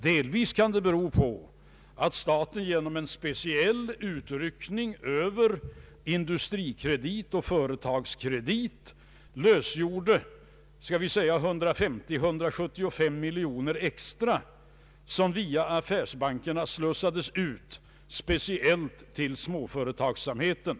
Delvis kan det bero på att staten genom en speciell utryckning över Industrikredit och Företagskredit lösgjorde 150 —175 miljoner extra, som via affärsbankerna slussades ut speciellt till småföretagsamheten.